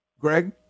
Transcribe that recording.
Greg